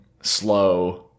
slow